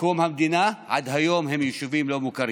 קודם המדינה, עד היום הם יישובים לא מוכרים?